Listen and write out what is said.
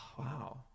Wow